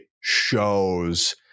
shows